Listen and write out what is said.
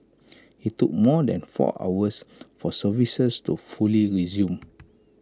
IT took more than four hours for services to fully resume